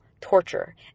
torture